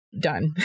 done